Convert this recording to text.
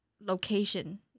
location